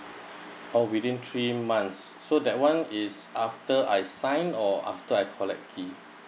oh within three months so that one is after I sign or after I collect key